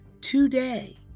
today